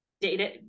Data